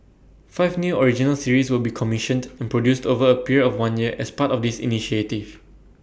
five new original series will be commissioned and produced over A period of one year as part of this initiative